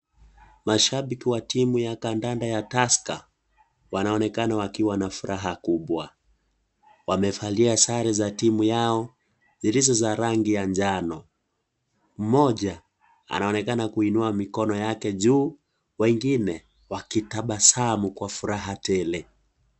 Mashabiki wa timu ya kadanda ya Tusker, wanaonekana wakiwa na furaha kubwa. Wamevalia sare za timu yao, zilizo za rangi ya njano. Mmoja, anaonekana kuinua mikono yake juu, wengine wakitabasamu kwa furaha tele.